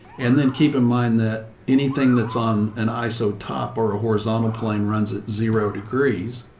and then keep in mind that anything that's on an iso top or a horizontal plane runs at zero degrees.